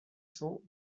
cents